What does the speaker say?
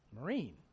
Marine